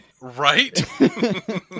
Right